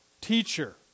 teacher